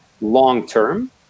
long-term